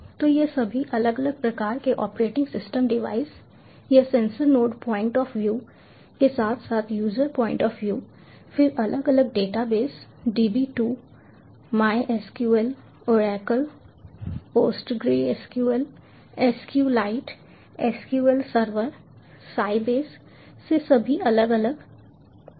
तो यह सभी अलग अलग प्रकार के ऑपरेटिंग सिस्टम डिवाइस या sensor node point of view के साथ साथ यूज़र पॉइंट ऑफ़ व्यू फिर अलग अलग database DB 2 MySQL Oracle PostgreSQL SQLite SQL server Sybase ये सभी अलग अलग अलग अलग होते हैं